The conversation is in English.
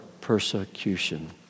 persecution